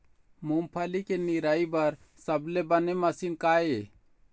मूंगफली के निराई बर सबले बने मशीन का ये?